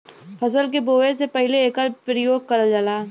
फसल के बोवे से पहिले एकर परियोग करल जाला